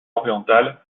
orientales